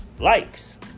likes